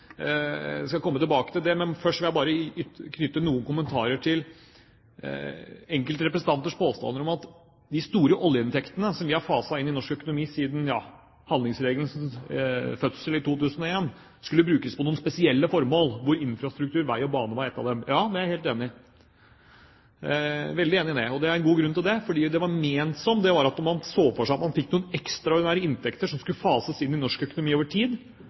skal komme tilbake til det, men først vil jeg bare knytte noen kommentarer til enkelte representanters påstander om at de store oljeinntektene som vi har faset inn i norsk økonomi siden handlingsregelens fødsel i 2001, skulle brukes på noen spesielle formål, hvor infrastruktur, vei og bane, var et av dem. Ja, det er jeg helt enig i. Det er en god grunn til det, for det det var ment som, var at når man så for seg at man fikk noen ekstraordinære inntekter som skulle fases inn i norsk økonomi over tid,